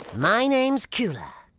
my name's cula,